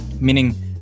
meaning